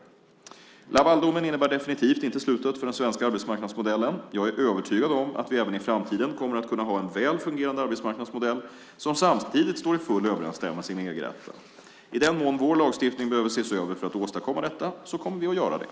Lavaldomen innebär definitivt inte slutet för den svenska arbetsmarknadsmodellen. Jag är övertygad om att vi även i framtiden kommer att kunna ha en välfungerande arbetsmarknadsmodell som samtidigt står i full överensstämmelse med EG-rätten. I den mån vår lagstiftning behöver ses över för att åstadkomma detta kommer vi att göra det.